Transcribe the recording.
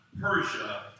Persia